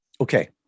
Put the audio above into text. Okay